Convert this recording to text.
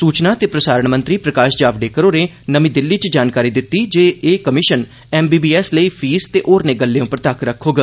सूचना ते प्रसारण मंत्री प्रकाष जावडेकर होरें नमीं दिल्ली च जानकारी दित्ती जे एह कमिषन एमबीबीएस लेई फीस ते होरनें गल्लें उप्पर तक्क रक्खोग